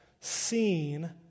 seen